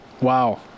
Wow